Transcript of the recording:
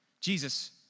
Jesus